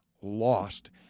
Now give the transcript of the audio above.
lost